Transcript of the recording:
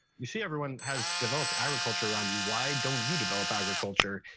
you see everyone has developed agriculture around you, why don't you develop agriculture?